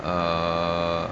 err